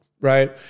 right